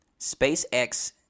SpaceX